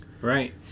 Right